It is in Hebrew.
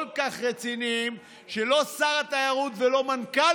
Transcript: כל כך רציניים שלא שר התיירות ולא מנכ"ל